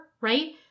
right